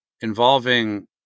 involving